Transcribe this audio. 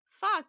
Fuck